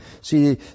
See